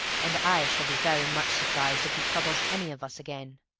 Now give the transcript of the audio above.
and i shall be very much surprised if he troubles any of us again.